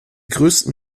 größten